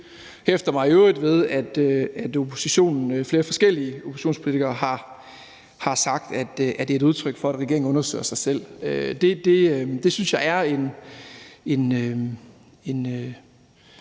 hæfter mig i øvrigt ved, at oppositionen, flere forskellige oppositionspolitikere, har sagt, at det er et udtryk for, at regeringen undersøger sig selv. Det synes jeg er en